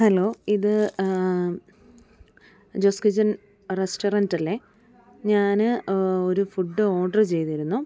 hello ഇത് Jose kitchen റെസ്റ്റൊറൻ്റല്ലെ ഞാന് ഒരു ഫുഡ് ഓഡര് ചെയ്തിരുന്നു